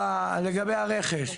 לגבי הרכש.